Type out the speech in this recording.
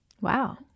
Wow